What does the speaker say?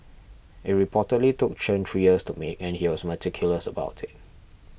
it reportedly took Chen three years to make and he was meticulous about it